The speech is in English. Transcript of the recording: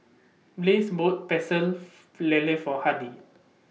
Blaze bought Pecel For Lele For Hardy